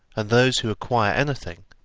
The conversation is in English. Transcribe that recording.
and those who acquire anything,